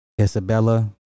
Isabella